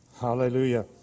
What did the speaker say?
Hallelujah